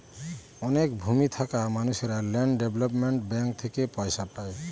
অনেক ভূমি থাকা মানুষেরা ল্যান্ড ডেভেলপমেন্ট ব্যাঙ্ক থেকে পয়সা পায়